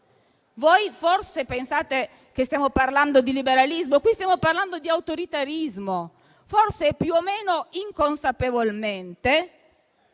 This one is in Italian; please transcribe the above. Voi forse pensate che stiamo parlando di liberalismo, ma stiamo parlando di autoritarismo. Forse, più o meno inconsapevolmente,